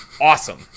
awesome